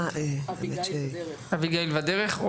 אביגיל בדרך.